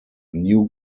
new